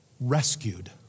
rescued